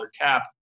cap